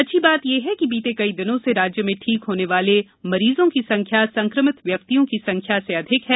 अच्छी बात यह है कि बीते कई दिनों से राज्य में ठीक होने वाले मरीजों की संख्या संक्रमित व्यक्तियों की संख्या से अधिक है